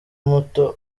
muto